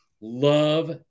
love